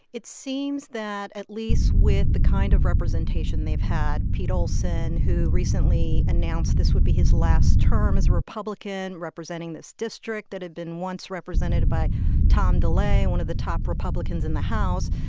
it seems that at least with the kind of representation they've had pete olson, who recently announced this would be his last term as a republican representing this district that had been once represented by tom delay, one of the top republicans in the house.